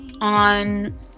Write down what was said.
on